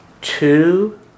two